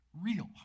real